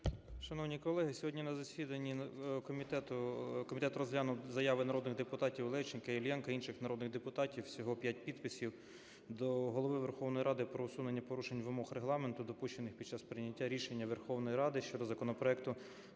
Шановні колеги, сьогодні на засідання комітету комітет розглянув заяви народних депутатівЛевченка, Іллєнко, інших народних депутатів (всього 5 підписів) до Голови Верховної Ради про усунення порушень вимого Регламенту, допущених під час прийняття рішення Верховної Ради щодо законопроекту